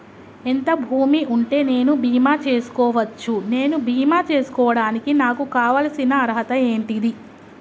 ఎంత భూమి ఉంటే నేను బీమా చేసుకోవచ్చు? నేను బీమా చేసుకోవడానికి నాకు కావాల్సిన అర్హత ఏంటిది?